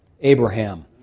Abraham